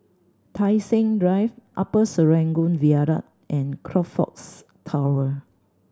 Tai Seng Drive Upper Serangoon Viaduct and Crockfords Tower